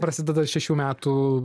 prasideda šešių metų